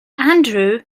andrew